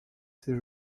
ces